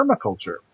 permaculture